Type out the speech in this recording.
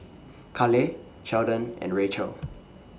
Cale Sheldon and Racheal